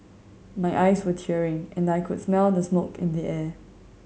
my eyes were tearing and I could smell the smoke in the air